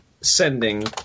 sending